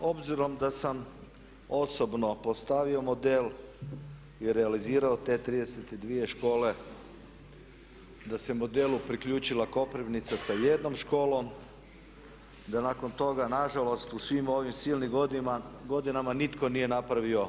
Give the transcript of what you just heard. Obzirom da sam osobno postavio model i realizirao te 32 škole, da se modelu priključila Koprivnica sa jednom školom, da nakon toga na žalost u svim ovim silnim godinama nitko nije napravio